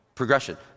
progression